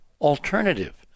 alternative